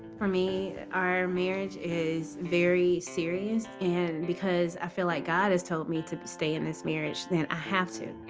for me, our marriage is very serious, and because i feel like god has told me to stay in this marriage, then i have to.